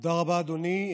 תודה רבה, אדוני.